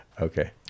Okay